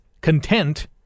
content